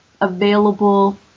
available